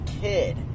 kid